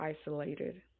isolated